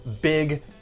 big